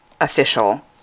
official